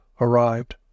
arrived